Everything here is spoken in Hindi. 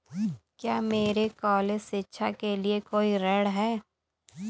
क्या मेरे कॉलेज शिक्षा के लिए कोई ऋण है?